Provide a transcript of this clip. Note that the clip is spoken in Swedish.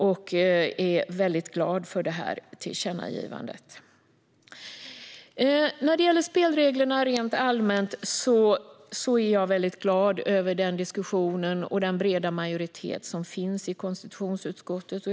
Jag är väldigt glad för det här tillkännagivandet. När det gäller spelreglerna rent allmänt är jag glad över den diskussionen och över den breda majoritet som finns i konstitutionsutskottet.